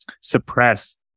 suppress